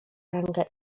ranga